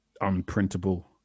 unprintable